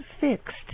fixed